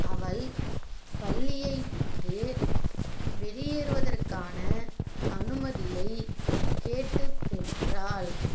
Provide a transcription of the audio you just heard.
அவள் பள்ளியை விட்டு வெளியேறுவதற்கான அனுமதியைக் கேட்டுப் பெற்றாள்